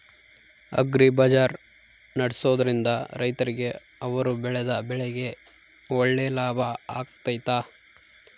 Agri bazaar ನಡೆಸ್ದೊರಿಂದ ರೈತರಿಗೆ ಅವರು ಬೆಳೆದ ಬೆಳೆಗೆ ಒಳ್ಳೆ ಲಾಭ ಆಗ್ತೈತಾ?